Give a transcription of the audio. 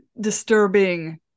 disturbing